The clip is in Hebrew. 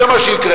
זה מה שיקרה.